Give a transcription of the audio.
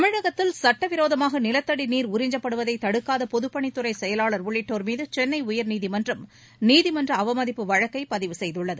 தமிழகத்தில் சுட்டவிரோதமாக நிலத்தடி நீர் உறிஞ்சுப்படுவதை தடுக்காத பொதுப்பணித் துறை செயலாளர் உள்ளிட்டோர் மீது சென்ளை உயர்நீதிமன்றம் நீதிமன்ற அவமதிப்பு வழக்கு பதிவு செய்துள்ளது